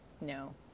no